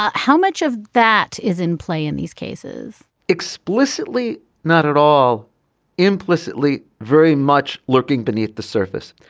ah how much of that is in play in these cases explicitly not at all implicitly very much lurking beneath the surface.